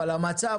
אבל המצב